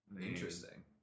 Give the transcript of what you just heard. Interesting